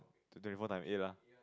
to twenty four ninety eight lah